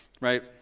right